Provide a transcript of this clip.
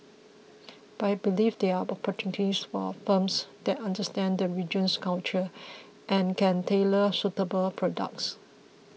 but he believes there are opportunities for firms that understand the region's culture and can tailor suitable products